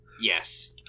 Yes